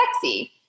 sexy